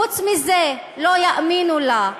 חוץ מזה, לא יאמינו לה,